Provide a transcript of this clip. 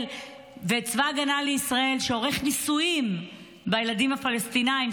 ואת צבא ההגנה לישראל שהוא עורך ניסויים בילדים הפלסטינים.